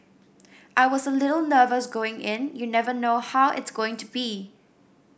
I was a little nervous going in you never know how it's going to be